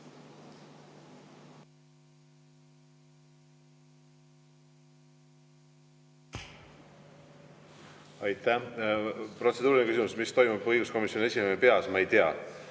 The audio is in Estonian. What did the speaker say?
Aitäh! Protseduuriline küsimus: mis toimub õiguskomisjoni esimehe peas? Ma ei tea.